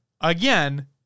again